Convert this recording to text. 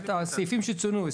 הסעיפים שצוינו,